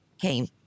came